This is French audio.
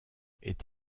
est